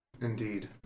Indeed